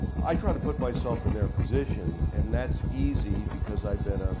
i try to put myself in their position, and that's easy because i've been